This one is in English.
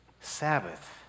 Sabbath